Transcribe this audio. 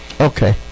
Okay